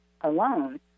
alone